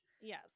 Yes